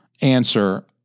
answer